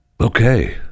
okay